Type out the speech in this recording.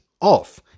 off